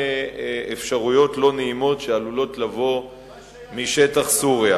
אפשרויות לא נעימות שעלולות לבוא משטח סוריה.